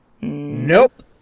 Nope